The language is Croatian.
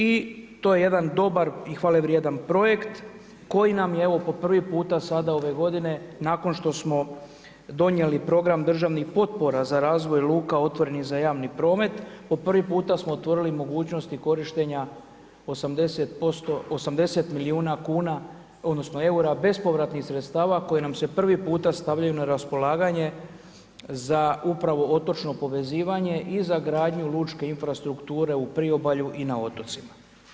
I to je jedan dobar i hvale vrijedan projekt koji nam je evo po prvi puta sada ove godine nakon što smo donijeli program državnih potpora za razvoj luka otvorenih za javni promet, po prvi puta smo otvorili i mogućnosti korištenja 80 milijuna eura bespovratnih sredstava koje nam se prvi puta stavljaju na raspolaganje za upravo otočno povezivanje i za gradnju lučke infrastrukture u priobalju i na otocima.